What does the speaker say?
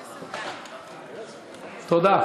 תודה.